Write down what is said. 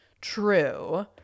true